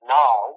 now